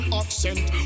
accent